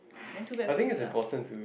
then too bad for you lah